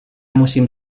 musim